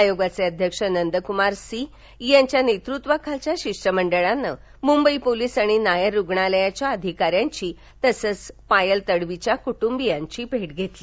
आयोगाचे अध्यक्ष नंदकुमार सी यांच्या नेतृत्वाखालील शिष्टमंडळानं मुंबई पोलीस आणि नायर रुग्णालयाच्या अधिकाऱ्यांची तसंच पायल तडवीच्या कुटुंबियांची भेट घेतली